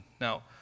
Now